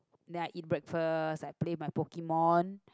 then I eat breakfast I play my Pokemon